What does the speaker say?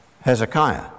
Hezekiah